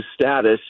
status